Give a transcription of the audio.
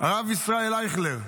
הרב ישראל אייכלר.